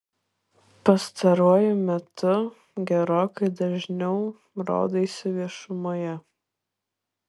pastaruoju metu gerokai dažniau rodaisi viešumoje